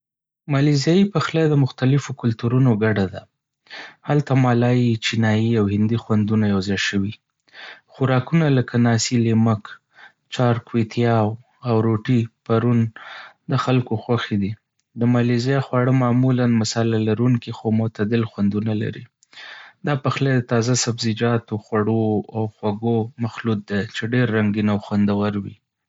مالیزیايي پخلی د مختلفو کلتورونو ګډه ده. هلته مالايي، چینایي، او هندي خوندونه یو ځای شوي. خوراکونه لکه ناسي لیمک، چار کويتياؤ، او روټي پرون د خلکو خوښې دي. د مالیزیا خواړه معمولا مصالحه لرونکي، خو معتدل خوندونه لري. دا پخلی د تازه سبزیجاتو، خوړو او خوږو مخلوط دی چې ډېر رنګین او خوندور وي.